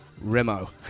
Remo